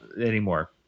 anymore